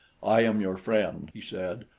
i am your friend, he said.